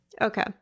Okay